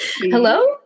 Hello